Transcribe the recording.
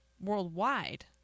Worldwide